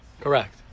Correct